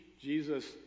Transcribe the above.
Jesus